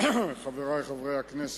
חברי חברי הכנסת,